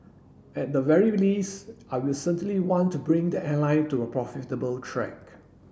at the very least I will certainly want to bring the airline to a profitable track